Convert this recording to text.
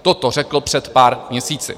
Toto řekl před pár měsíci.